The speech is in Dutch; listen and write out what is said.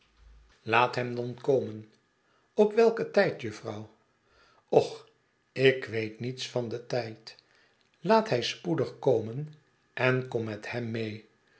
laat hem dan komen op welken tijd jufvrouw och ik weet niets van den tijd laat hij spoedig komen en kom met hem mee